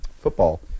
football